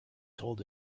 told